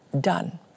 done